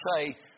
say